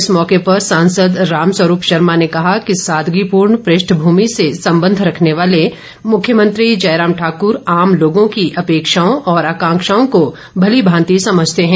इस मौके पर सांसद रामस्वरूप शर्मा ने कहा कि सादगीपूर्ण पृष्ठभूमि से संबंध रखने वाले मुख्यमंत्री जयराम ठाकर आम लोगों की अपेक्षाओं और आकांक्षाओं को भली भांति समझते हैं